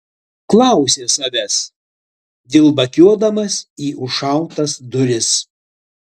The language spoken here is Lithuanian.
klausė savęs dilbakiuodamas į užšautas duris